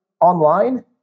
online